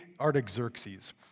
Artaxerxes